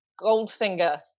Goldfinger